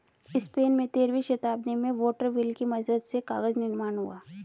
Spain में तेरहवीं शताब्दी में वाटर व्हील की मदद से कागज निर्माण हुआ